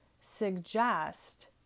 suggest